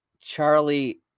Charlie